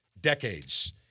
decades